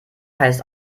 heißt